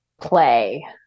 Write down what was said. play